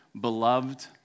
beloved